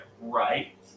right